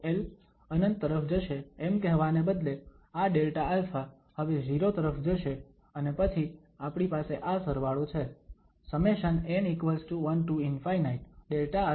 તો l ∞ તરફ જશે એમ કહેવાને બદલે આ Δα હવે 0 તરફ જશે અને પછી આપણી પાસે આ સરવાળો છે ∑∆αFn∆α n1 થી ∞